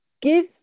give